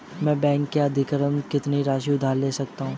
मैं बैंक से अधिकतम कितनी राशि उधार ले सकता हूँ?